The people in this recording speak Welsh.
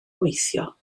weithio